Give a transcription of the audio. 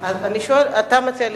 אני מציע להסתפק.